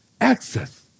Access